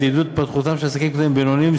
עידוד התפתחותם של עסקים קטנים ובינוניים.